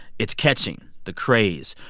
it's catching the craze.